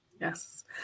Yes